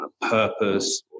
purpose